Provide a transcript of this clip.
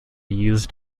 used